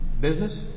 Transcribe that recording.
business